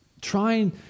trying